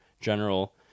general